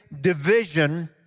division